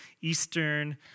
Eastern